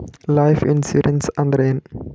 Life insurance ಅಂದ್ರ ಏನ?